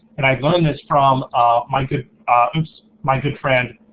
and i learned this from ah my good my good friend,